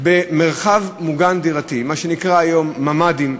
במרחב מוגן דירתי, מה שנקרא היום ממ"דים,